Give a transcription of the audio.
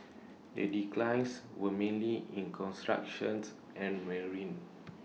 the declines were mainly in constructions and marine